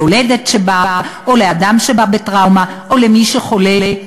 ליולדת שבאה או לאדם שבא בטראומה או למי שחולה.